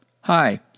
Hi